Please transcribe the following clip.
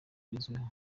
bigezweho